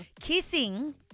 kissing